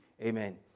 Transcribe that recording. Amen